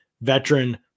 veteran